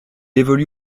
évolue